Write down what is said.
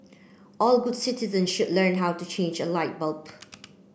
all good citizen should learn how to change a light bulb